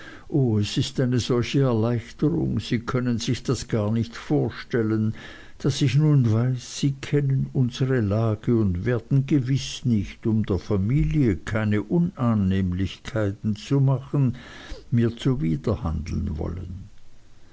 es ist eine solche erleichterung sie können sich das gar nicht vorstellen daß ich nun weiß sie kennen unsere lage und werden gewiß nicht um der familie keine unannehmlichkeiten zu machen mir zuwiderhandeln wollen